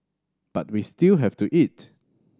but we still have to eat